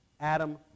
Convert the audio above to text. Adam